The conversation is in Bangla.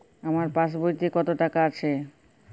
আমার পাসবইতে কত টাকা আছে?